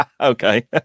Okay